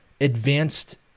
advanced